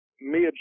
mid